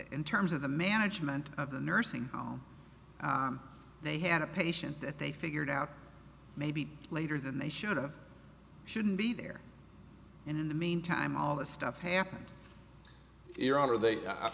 in terms of the management of the nursing home they had a patient that they figured out maybe later than they should or shouldn't be there in the meantime all this stuff happens your honor they